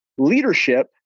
leadership